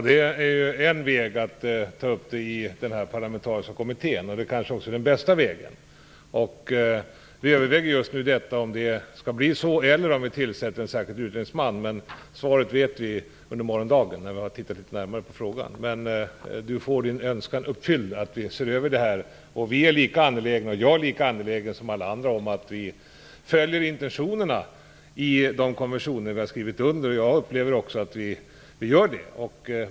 Herr talman! Att detta tas upp i den parlamentariska kommittén är kanske det bästa tillvägagångssättet. Det övervägs just nu om en särskild utredningsman skall tillsättas. Svaret på den frågan får vi under morgondagen, när man har sett litet närmare på denna fråga. Men Juan Fonseca kommer att få sin önskan om att detta skall ses över uppfylld. Jag är lika angelägen som alla andra att följa intentionerna i de konventioner som vi har skrivit under. Jag menar också att vi gör det.